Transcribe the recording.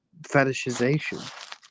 fetishization